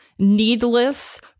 needless